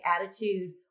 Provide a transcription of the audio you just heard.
attitude